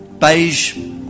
beige